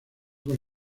con